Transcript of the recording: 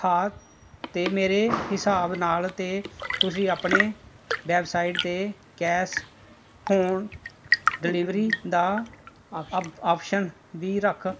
ਹਾਂ ਅਤੇ ਮੇਰੇ ਹਿਸਾਬ ਨਾਲ ਤਾਂ ਤੁਸੀਂ ਆਪਣੀ ਵੈਬਸਾਈਟ 'ਤੇ ਕੈਸ਼ ਹੋਣ ਡਿਲੀਵਰੀ ਦਾ ਆਪਸ਼ਨ ਵੀ ਰੱਖ